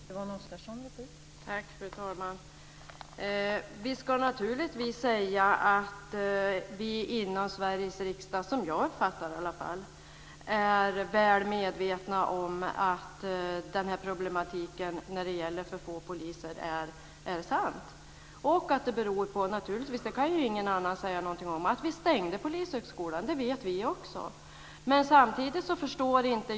Fru talman! Vi ska naturligtvis säga att vi i Sveriges riksdag är väl medvetna om att problematiken med för få poliser är sann. Så uppfattar jag det i alla fall. Det beror på att vi stängde Polishögskolan. Det vet vi också.